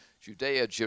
Judea